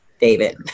David